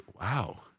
wow